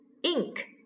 Ink